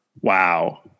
Wow